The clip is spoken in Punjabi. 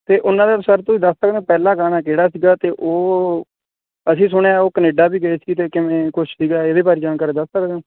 ਅਤੇ ਉਹਨਾਂ ਦਾ ਸਰ ਤੁਸੀਂ ਦੱਸ ਸਕਦੇ ਹੋ ਪਹਿਲਾਂ ਗਾਣਾ ਕਿਹੜਾ ਸੀਗਾ ਅਤੇ ਉਹ ਅਸੀਂ ਸੁਣਿਆ ਉਹ ਕਨੇਡਾ ਵੀ ਗਏ ਸੀ ਅਤੇ ਕਿਵੇਂ ਕੁਛ ਸੀਗਾ ਇਹਦੇ ਬਾਰੇ ਜਾਣਕਾਰੀ ਦੱਸ ਸਕਦੇ ਹੋ